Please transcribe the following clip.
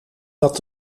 dat